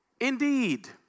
indeed